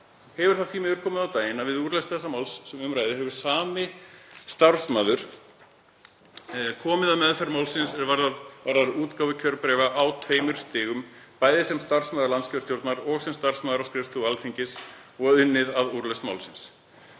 hefur því miður komið á daginn að við úrlausn þessa máls sem er til umræðu hefur sami starfsmaður komið að meðferð málsins er varðar útgáfu kjörbréfa á tveimur stigum, bæði sem starfsmaður landskjörstjórnar og sem starfsmaður á skrifstofu Alþingis og unnið að úrlausn málsins.